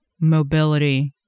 mobility